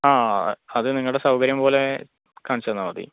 ആ അത് നിങ്ങളെ സൗകര്യം പോലെ കാണിച്ച് തന്നാൽ മതി